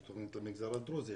יש תוכנית למגזר הדרוזי,